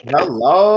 Hello